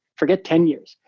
forget ten years,